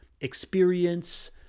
experience